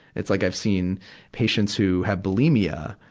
it's like i've seen patients who have bulimia,